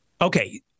Okay